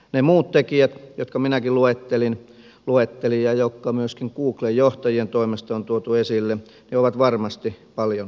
ne muut tekijät jotka minäkin luettelin ja jotka myöskin googlen johtajien toimesta on tuotu esille ovat varmasti paljon tärkeämpiä